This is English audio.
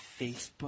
Facebook